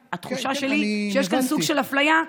התחושה שלי היא שיש כאן סוג של אפליה,